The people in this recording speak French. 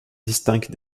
distincte